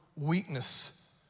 Weakness